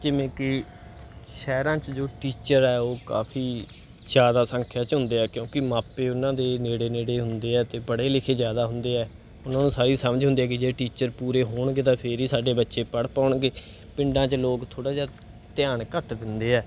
ਜਿਵੇਂ ਕਿ ਸ਼ਹਿਰਾਂ 'ਚ ਜੋ ਟੀਚਰ ਹੈ ਉਹ ਕਾਫੀ ਜ਼ਿਆਦਾ ਸੰਖਿਆ 'ਚ ਹੁੰਦੇ ਆ ਕਿਉਂਕਿ ਮਾਪੇ ਉਹਨਾਂ ਦੇ ਨੇੜੇ ਨੇੜੇ ਹੁੰਦੇ ਆ ਅਤੇ ਪੜ੍ਹੇ ਲਿਖੇ ਜ਼ਿਆਦਾ ਹੁੰਦੇ ਆ ਉਹਨਾਂ ਨੂੰ ਸਾਰੀ ਸਮਝ ਹੁੰਦੀ ਹੈ ਕਿ ਜੇ ਟੀਚਰ ਪੂਰੇ ਹੋਣਗੇ ਤਾਂ ਫਿਰ ਹੀ ਸਾਡੇ ਬੱਚੇ ਪੜ੍ਹ ਪਾਉਣਗੇ ਪਿੰਡਾਂ 'ਚ ਲੋਕ ਥੋੜ੍ਹਾ ਜਿਹਾ ਧਿਆਨ ਘੱਟ ਦਿੰਦੇ ਆ